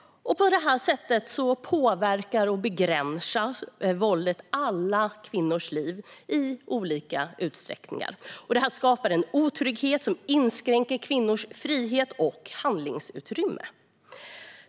På det sättet påverkar och begränsar våldet alla kvinnors liv i olika utsträckning. Det skapar en otrygghet som inskränker kvinnors frihet och handlingsutrymme.